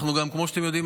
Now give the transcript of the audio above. כמו שאתם יודעים,